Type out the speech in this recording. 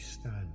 stand